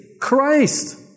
Christ